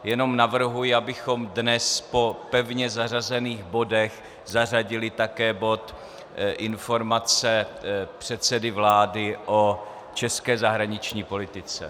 Jenom navrhuji, abychom dnes po pevně zařazených bodech zařadili také bod Informace předsedy vlády o české zahraniční politice.